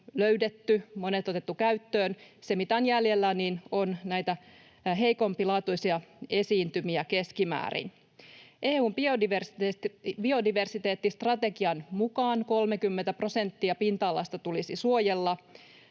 monet otettu käyttöön. Se, mitä on jäljellä, on näitä keskimäärin heikompilaatuisia esiintymiä. EU:n biodiversiteettistrategian mukaan 30 prosenttia pinta-alasta tulisi suojella.